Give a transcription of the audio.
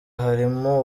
harimo